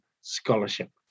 scholarship